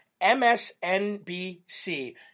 MSNBC